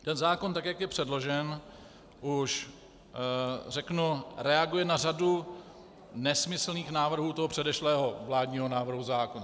Ten zákon, tak jak je předložen, už reaguje na řadu nesmyslných návrhů toho předešlého vládního návrhu zákona.